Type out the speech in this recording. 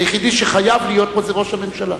היחידי שחייב להיות פה הוא ראש הממשלה.